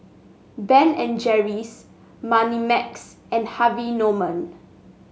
Ben and Jerry's Moneymax and Harvey Norman